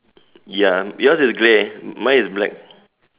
ya your is grey mine is black